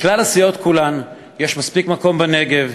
מכלל הסיעות כולן: יש מספיק מקום בנגב,